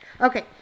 Okay